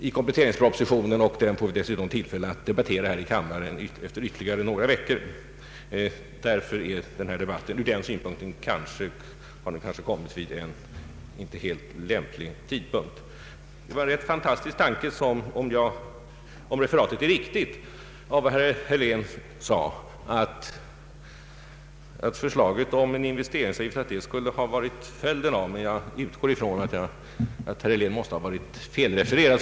Efter ytterligare några veckor får vi tillfälle att debattera denna proposition här i kammaren. Från den synpunkten har därför den här debatten kanske kommit upp vid en inte helt lämplig tidpunkt. Det var en rätt fantastisk tanke som herr Helén förde fram — om nu refe ratet är riktigt av vad han sade — nämligen att förslaget om en investeringsavgift skulle vara ett resultat av oppositionens förslag för någon vecka sedan.